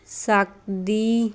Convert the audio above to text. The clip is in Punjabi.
ਸਕਦੀ